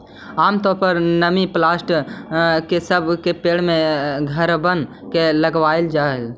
आम तौर पर मनी प्लांट ई सब के पेड़ घरबन में लगाबल जा हई